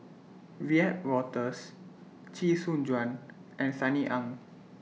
Wiebe Wolters Chee Soon Juan and Sunny Ang